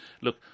Look